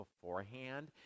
beforehand